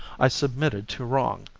i submitted to wrong.